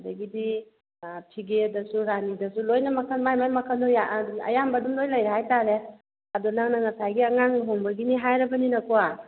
ꯑꯗꯒꯤꯗꯤ ꯐꯤꯒꯦꯗꯁꯨ ꯔꯥꯅꯤꯗꯁꯨ ꯂꯣꯏꯅ ꯃꯈꯟ ꯃꯥꯏ ꯃꯥꯏ ꯃꯈꯟꯗꯣ ꯑꯌꯥꯝꯕ ꯑꯗꯨꯝ ꯂꯣꯏ ꯂꯩꯔꯦ ꯍꯥꯏꯇꯥꯔꯦ ꯑꯗꯣ ꯅꯪꯅ ꯉꯁꯥꯏꯒꯤ ꯑꯉꯥꯡ ꯂꯨꯍꯣꯡꯕꯒꯤꯅꯤ ꯍꯥꯏꯔꯕꯅꯤꯅꯀꯣ